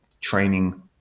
training